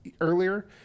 earlier